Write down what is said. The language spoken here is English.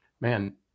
Man